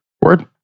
Word